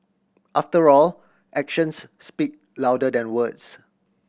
after all actions speak louder than words